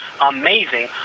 amazing